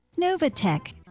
Novatech